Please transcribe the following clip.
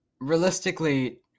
realistically